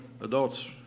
adults